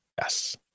Yes